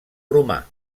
romà